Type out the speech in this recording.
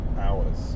hours